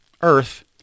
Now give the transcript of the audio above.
earth